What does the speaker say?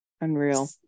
Unreal